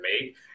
make